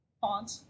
font